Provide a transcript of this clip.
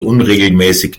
unregelmäßig